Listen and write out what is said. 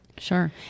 Sure